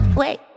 wait